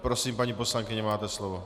Prosím, paní poslankyně, máte slovo.